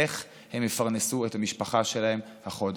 איך הם יפרנסו את המשפחה שלהם החודש.